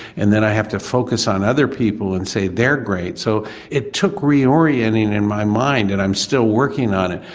and then i have to focus on other people and say they're great. so it took re-orientating in my mind and i'm still working on it.